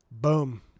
Boom